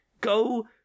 go